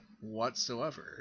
whatsoever